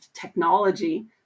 technology